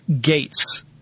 Gates